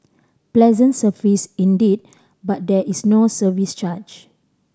pleasant service indeed but there is no service charge